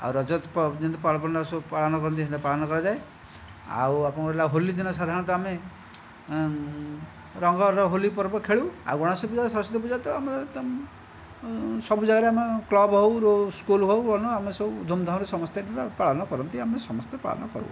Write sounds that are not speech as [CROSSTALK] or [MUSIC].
ଆଉ ରଜ [UNINTELLIGIBLE] ଯେମିତି ପାଳନ କରନ୍ତି ସେମିତି ପାଳନ କରାଯାଏ ଆଉ ଆପଣଙ୍କର ରହିଲା ହୋଲି ଦିନ ସାଧାରଣତଃ ଆମେ ରଙ୍ଗର ହୋଲି ପର୍ବ ଖେଳୁ ଆଉ ଗଣେଶ ପୂଜା ସରସ୍ଵତୀ ପୂଜା ତ ଆମେ ସବୁ ଜାଗାରେ ଆମେ କ୍ଲବ୍ ହେଉ ସ୍କୁଲ୍ ହେଉ ଆମେ ସବୁ ଧୂମ୍ଧାମ୍ରେ ସମସ୍ତେ ଏଠାରେ ପାଳନ କରନ୍ତି ଆମେ ସମସ୍ତେ ପାଳନ କରୁ